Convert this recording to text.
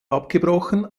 abgebrochen